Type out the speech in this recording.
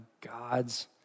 God's